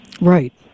Right